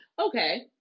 Okay